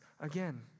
again